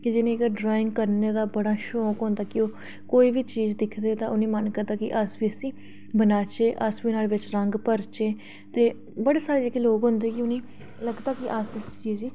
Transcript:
कि जि'नेंगी ड्राइंग करने दा बड़ा शौक होंदा की ओह् कोई बी चीज दिखदे ते उं'दा मन करदा कि अस बी इसी बनाचै अस बी न्हाड़े च रंग भरचै ते बड़े सारे जेह्के लोक होंदे उ'नें गी लगदा कि अस इसी चीज गी